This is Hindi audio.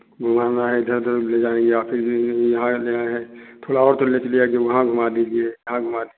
घुमाना है इधर उधर ले जाएंगे आप थोड़ा बहुत तो ले कर जाएंगे वहाँ घूमा दीजिए यहाँ घूमा दी